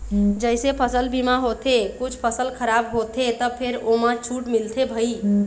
जइसे फसल बीमा होथे कुछ फसल खराब होथे त फेर ओमा छूट मिलथे भई